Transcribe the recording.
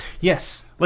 Yes